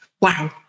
wow